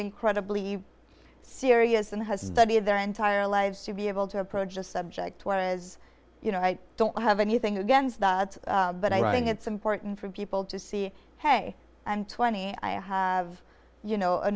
incredibly serious and has studied their entire lives to be able to approach the subject whereas you know i don't have anything against but i think it's important for people to see hey i'm twenty i have you know a